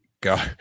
go